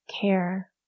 care